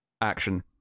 Action